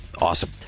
Awesome